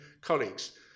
colleagues